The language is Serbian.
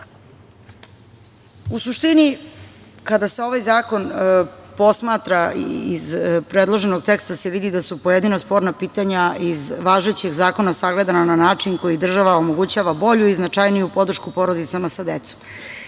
suštini, kada se ovaj zakon posmatra, iz predloženog teksta, se vidi da su pojedina sporna pitanja iz važećeg zakona sagledana na način koji država omogućava bolju i značajniju podršku porodicama sa decom.